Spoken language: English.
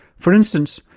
for instance,